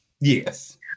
Yes